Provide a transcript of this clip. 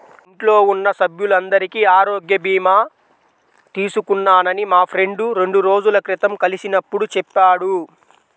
ఇంట్లో ఉన్న సభ్యులందరికీ ఆరోగ్య భీమా తీసుకున్నానని మా ఫ్రెండు రెండు రోజుల క్రితం కలిసినప్పుడు చెప్పాడు